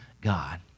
God